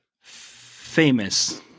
Famous